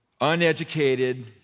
Uneducated